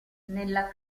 nella